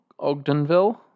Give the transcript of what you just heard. Ogdenville